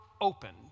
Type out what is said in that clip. opened